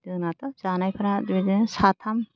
जोंनाथ' जानायफ्राय बिबादिनो साथाम